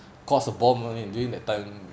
cost a bomb uh during that time